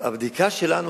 הבדיקה שלנו,